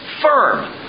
firm